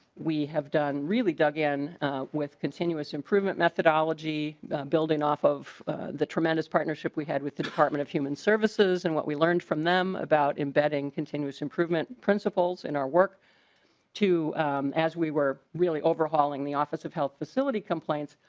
we have done a really good again with continuous improvement methodology that building off of the tremendous partnership we had with the department of human services and what we learned from them about embedding continuous improvement principles in our work as we were really overhauling the office of health facility complaints.